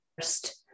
first